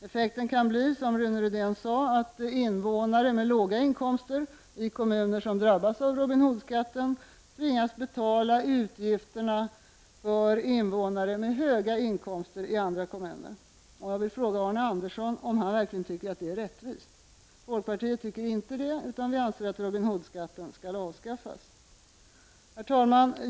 Effekten kan t.ex. bli, som Rune Rydén sade, att invånare med låga inkomster i kommuner som drabbas av Robin Hood-skatten tvingas betala utgifterna för invånare med höga inkomster i andra kommuner. Tycker verkligen Arne Andersson att detta är rättvist? Folkpartiet tycker inte det, utan vi anser att Robin Hood-skatten skall avskaffas. Herr talman!